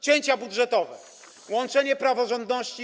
Cięcia budżetowe, łączenie praworządności.